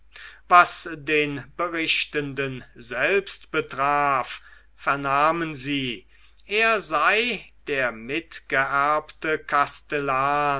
was den berichtenden selbst betraf vernahmen sie er sei der mitgeerbte kastellan